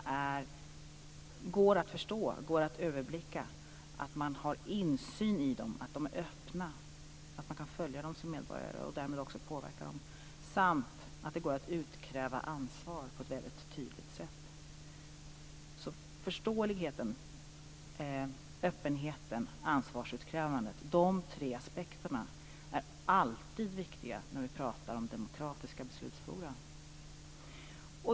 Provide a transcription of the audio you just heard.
Det är en förutsättning att man har insyn i dem, att de är öppna, att man kan följa dem som medborgare och därmed också påverka dem samt att det går att utkräva ansvar på ett tydligt sätt. Förståeligheten, öppenheten, ansvarsutkrävandet - de tre apsekterna är alltid viktiga när vi pratar om demokratiska beslutsforum.